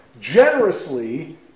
generously